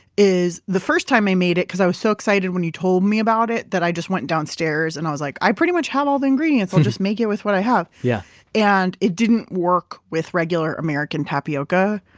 is the first time i made it, because i was so excited when you told me about it that i just went downstairs and i was like i pretty much have all the ingredients. i'll just make it with what i have. yeah and it didn't work with regular american tapioca.